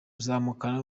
azamukana